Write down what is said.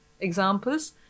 examples